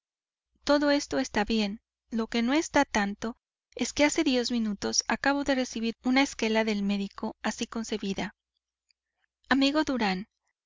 todo esto está bien lo que no lo está tanto es que hace diez minutos acabo de recibir una esquela del médico así concebida amigo durán